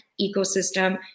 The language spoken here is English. ecosystem